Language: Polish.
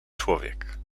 człowiek